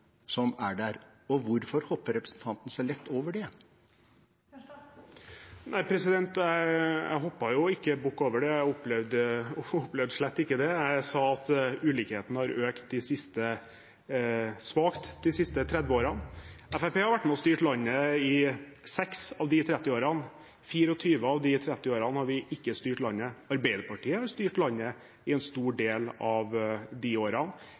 som er der. Hvorfor hopper representanten så lett over det? Jeg hoppet ikke bukk over det – jeg opplevde slett ikke det. Jeg sa at ulikheten har økt svakt de siste 30 årene. Fremskrittspartiet har vært med på å styre landet i 6 av de 30 årene, i 24 av de 30 årene har vi ikke styrt landet. Arbeiderpartiet har styrt landet i en stor del av disse årene.